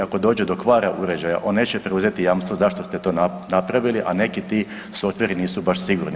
Ako dođe do kvara uređaja, on neće preuzeti jamstvo zašto ste to napravili, a neki ti softveri nisu baš sigurni.